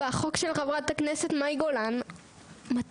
והחוק של חברת הכנסת מאי גולן מתאים.